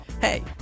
hey